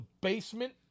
basement